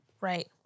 right